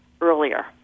earlier